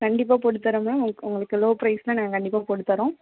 கண்டிப்பாக போட்டு தரேன் மேம் உங்களுக்கு லோ ப்ரைஸில் நாங்கள் கண்டிப்பாக போட்டுத்தரோம்